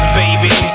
baby